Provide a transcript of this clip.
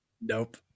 Nope